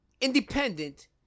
independent